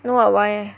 no ah why eh